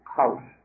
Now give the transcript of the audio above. house